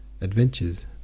adventures